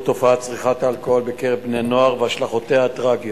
תופעת צריכת האלכוהול בקרב בני-נוער והשלכותיה הטרגיות.